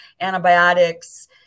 antibiotics